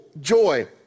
joy